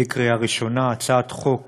את הצעת חוק